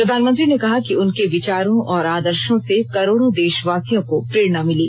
प्रधानमंत्री ने कहा कि उनके विचारों और आदर्शो से करोड़ों देशवासियों को प्रेरणा मिली